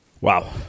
Wow